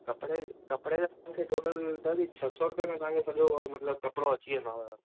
कपिड़े कपिड़े जो तव्हांखे टोटल दादी छह सौ रुपए में तव्हांखे सॼो मतिलब कपिड़ो अची वेंदव